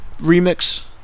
remix